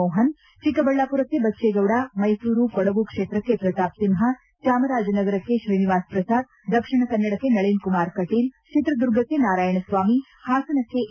ಮೋಹನ್ ಚಿಕ್ಕಬಳ್ಳಾಪುರಕ್ಕೆ ಬಚ್ಚೇಗೌಡ ಮೈಸೂರು ಕೊಡಗು ಕ್ವೇತ್ರಕ್ಕೆ ಪ್ರತಾಪ್ ಸಿಂಹ ಚಾಮರಾಜನಗರಕ್ಕೆ ಶ್ರೀನಿವಾಸ ಪ್ರಸಾದ್ ದಕ್ಷಿಣ ಕನ್ನಡಕ್ಕೆ ನಳಿನ್ ಕುಮಾರ್ ಕಟೀಲ್ ಚಿತ್ರದುರ್ಗಕ್ಕೆ ನಾರಾಯಣಸ್ವಾಮಿ ಹಾಸನಕ್ಕೆ ಎ